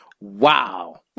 Wow